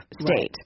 state